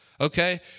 okay